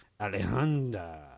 Alejandra